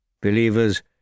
Believers